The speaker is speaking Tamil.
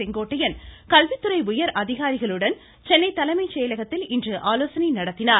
செங்கோட்டையன் கல்வித்துறை உயர் அதிகாரிகளுடன் சென்னை தலைமைச் செயலகத்தில் இன்று ஆலோசனை நடத்தினார்